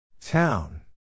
Town